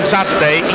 Saturday